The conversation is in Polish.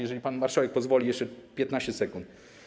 Jeżeli pan marszałek pozwoli - jeszcze 15 sekund.